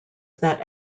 that